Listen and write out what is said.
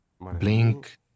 Blink